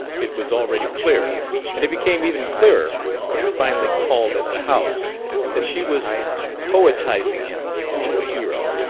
it was already clear and it became even clearer when he finally called at the house that she was poetizing him into a hero,